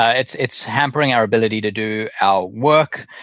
ah it's it's hampering our ability to do our work.